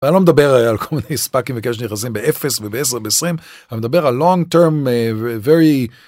ואני לא מדבר על כל הספקים וכאלה שנכנסים ב-0 וב-10 וב-20, אני מדבר על long term, very...